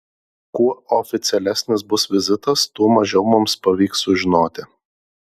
kuo oficialesnis bus vizitas tuo mažiau mums pavyks sužinoti